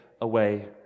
away